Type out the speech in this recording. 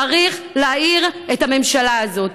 צריך להעיר את הממשלה הזאת.